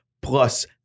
Plus